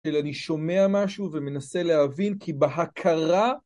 שאני שומע משהו ומנסה להבין כי בהכרה